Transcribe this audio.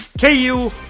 KU